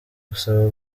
gusaba